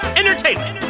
entertainment